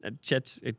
Chet's